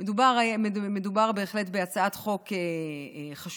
מדובר בהחלט בהצעת חוק חשובה,